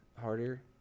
harder